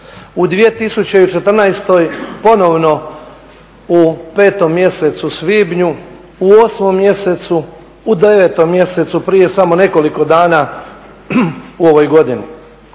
U 2014. ponovno u 5. mjesecu, svibnju, u 8. mjesecu, u 9. mjesecu, prije samo nekoliko dana u ovoj godini.